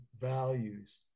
values